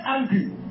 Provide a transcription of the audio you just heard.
angry